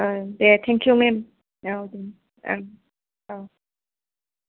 दे thank you ma'am औ दे औ